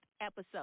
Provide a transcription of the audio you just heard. episode